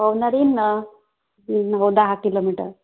पवनार येईन ना दहा किलोमीटर